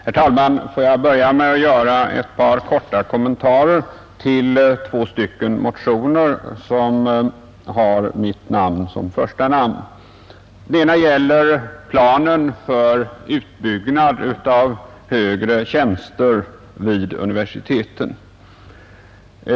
Herr talman! Jag vill börja med att göra några korta kommentarer till två motioner som har mitt namn som första namn. Den ena gäller planen för en utbyggnad av högre tjänster vid universiteten.